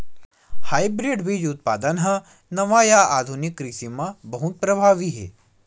hybrid बीज उत्पादन हा नवा या आधुनिक कृषि मा बहुत प्रभावी हे